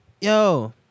Yo